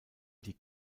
die